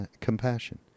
compassion